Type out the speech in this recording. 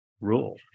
rule